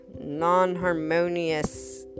non-harmonious